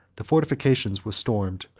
the fortifications were stormed,